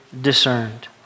discerned